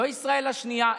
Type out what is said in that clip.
לא ישראל השנייה,